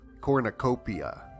Cornucopia